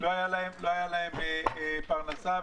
הייתה להם פרנסה.